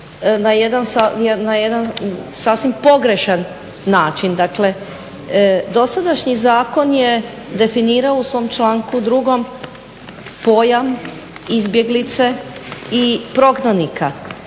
na jedan sasvim pogrešan način. Dakle, dosadašnji zakon je definirao u svom članku drugom pojam izbjeglice i prognanika,